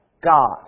God